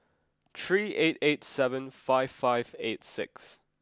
three eight eight seven five five eight six